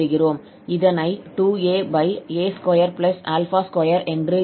இதனை 2aa22 என்று எழுதலாம்